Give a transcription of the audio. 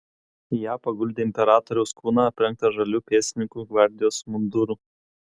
į ją paguldė imperatoriaus kūną aprengtą žaliu pėstininkų gvardijos munduru